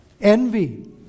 envy